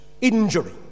injury